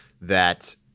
that-